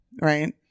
right